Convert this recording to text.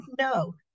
no